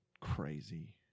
crazy